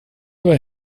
aber